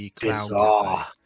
bizarre